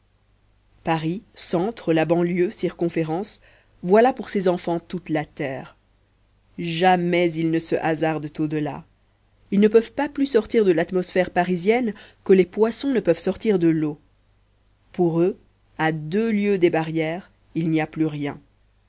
paris centre la banlieue circonférence voilà pour ces enfants toute la terre jamais ils ne se hasardent au delà ils ne peuvent pas plus sortir de l'atmosphère parisienne que les poissons ne peuvent sortir de l'eau pour eux à deux lieues des barrières il n'y a plus rien